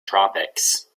tropics